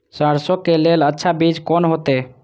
सरसों के लेल अच्छा बीज कोन होते?